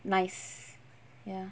nice ya